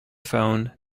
phone